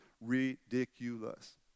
ridiculous